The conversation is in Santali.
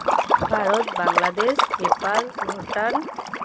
ᱵᱷᱟᱨᱚᱛ ᱵᱝᱞᱟᱫᱮᱥ ᱱᱮᱯᱟᱞ ᱵᱷᱩᱴᱟᱱ